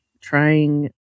trying